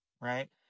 right